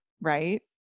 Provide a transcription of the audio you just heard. Right